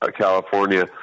California